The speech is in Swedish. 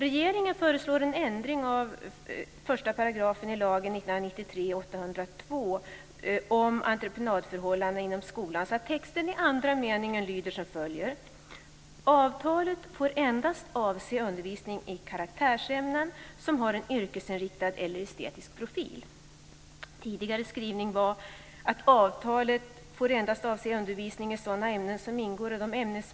1993:802 om entreprenadförhållanden inom skolan, så att texten i andra meningen lyder som följer: Avtalet får endast avse undervisning i karaktärsämnen som har en yrkesinriktad eller estetisk profil.